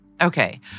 Okay